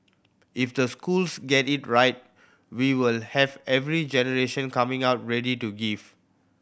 if the schools get it right we will have every generation coming out ready to give